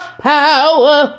power